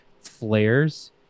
flares